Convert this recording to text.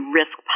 risk